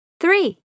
three